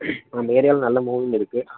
அந்த ஏரியாவில் நல்ல மூவிங் இருக்குது